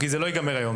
כי זה לא ייגמר היום,